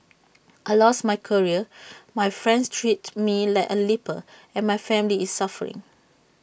I lost my career my friends treat me like A leper and my family is suffering